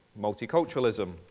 multiculturalism